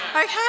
okay